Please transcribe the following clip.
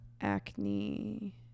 Acne